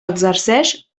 exerceix